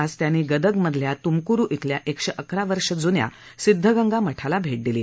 आज त्यांनी गदगमधल्या त्मक्रु इथल्या एकशे अकरा वर्ष ज्न्या सिद्धगंगा मठाला भेट दिली